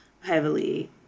heavily